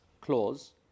clause